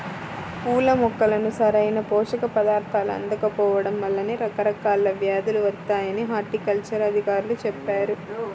పూల మొక్కలకు సరైన పోషక పదార్థాలు అందకపోడం వల్లనే రకరకాల వ్యేదులు వత్తాయని హార్టికల్చర్ అధికారులు చెప్పారు